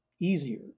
easier